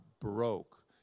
broke